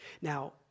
Now